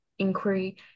inquiry